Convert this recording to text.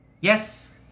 Yes